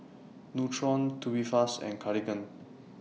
Nutren Tubifast and Cartigain